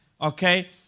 Okay